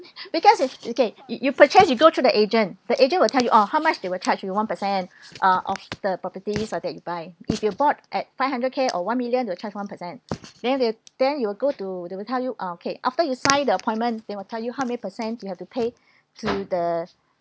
because if okay you you purchase you go to the agent the agent will tell you oh how much they will charge you one percent uh of the properties of that you buy if you bought at five hundred K or one million they will charge one percent then they then you will go to they will tell you ah okay after you sign the appointment they will tell you how many percent you have to pay to the